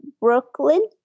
Brooklyn